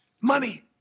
Money